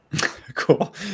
Cool